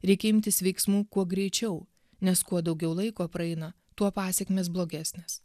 reikia imtis veiksmų kuo greičiau nes kuo daugiau laiko praeina tuo pasekmės blogesnės